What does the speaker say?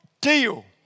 deal